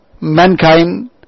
mankind